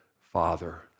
Father